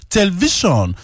Television